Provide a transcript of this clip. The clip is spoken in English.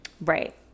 right